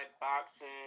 boxing